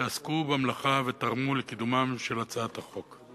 שעסקו במלאכה ותרמו לקידומה של הצעת החוק.